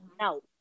no